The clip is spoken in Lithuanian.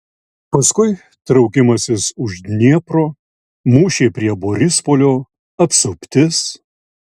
paskui traukimasis už dniepro mūšiai prie borispolio apsuptis